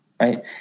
right